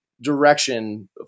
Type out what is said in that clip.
direction